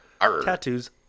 Tattoos